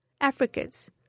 Africans